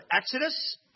Exodus